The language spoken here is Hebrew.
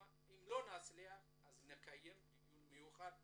אם לא נצליח, נקיים דיון מיוחד בנושא.